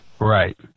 Right